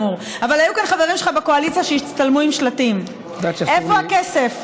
אבל היו כאן חברים שלך בקואליציה שהצטלמו עם שלטים: איפה הכסף?